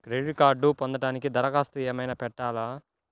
Credit కార్డ్ను పొందటానికి దరఖాస్తు ఏమయినా పెట్టాలా?